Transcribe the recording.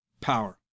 power